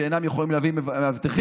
שאינם יכולים להביא מאבטחים,